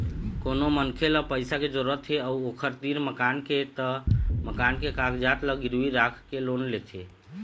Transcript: कोनो मनखे ल पइसा के जरूरत हे अउ ओखर तीर मकान के त मकान के कागजात ल गिरवी राखके लोन लेथे